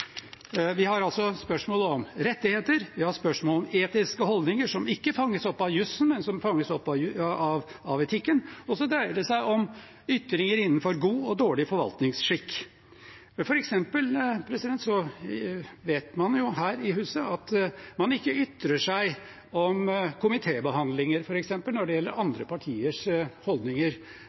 Vi har altså spørsmålet om rettigheter. Vi har spørsmålet om etiske holdninger, som ikke fanges opp av jussen, men som fanges opp av etikken. Og så dreier det seg om ytringer innenfor god og dårlig forvaltningsskikk. For eksempel vet man her i huset at man ikke ytrer seg om komitébehandlinger når det gjelder andre partiers holdninger